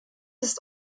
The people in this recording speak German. ist